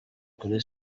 kuri